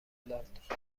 داد